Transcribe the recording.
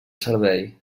servei